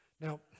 Now